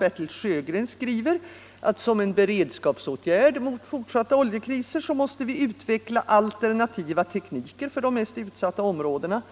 Bertil Sjögren skriver att som beredskapsåtgärd mot fortsatta oljekriser måste vi utveckla alternativa tekniker för de mest utsatta områdena,